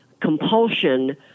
compulsion